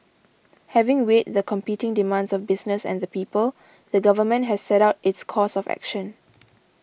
having weighed the competing demands of business and the people the government has set out its course of action